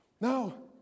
No